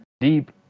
deep